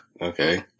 okay